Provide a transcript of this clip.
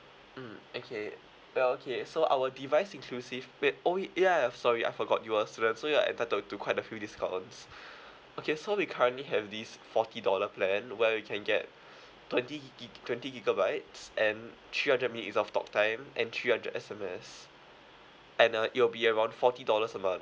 mm okay well okay so our device inclusive wait oh ya sorry I forgot you are a student so you're entitled to quite a few discounts okay so we currently have this forty dollar plan where you can get twenty gi~ twenty gigabytes and three hundred minutes of talk time and three hundred S_M_S and uh it will be about forty dollars a month